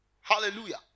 Hallelujah